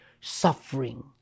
suffering